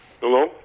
Hello